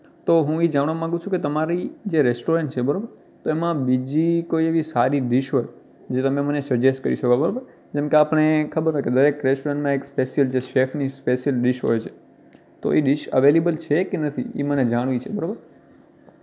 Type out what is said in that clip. તો હું એ જાણવા માગું છું જે તમારું જે રૅસ્ટોરેન્ટ છે બરાબર તો એમાં બીજી કોઈ એવી સારી ડીશ હોય જે તમે મને સજેસ્ટ કરી શકો બરાબર જેમ કે આપણે ખબર હોય કે દરેક રૅસ્ટોરેન્ટમાં એક સ્પેશિયલ ડીશ સેફની એક સ્પેશિયલ ડીશ હોય છે તો એ ડીશ અવેલેબલ છે કે નથી એ મારે જાણવી છે બરાબર